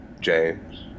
James